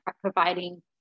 providing